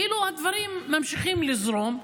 כאילו הדברים ממשיכים לזרום,